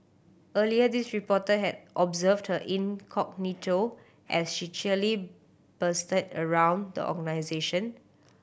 earlier this reporter had observed her incognito as she cheerily bustled around the organisation